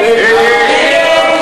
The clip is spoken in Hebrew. תאמינו לי,